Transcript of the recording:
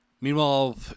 Meanwhile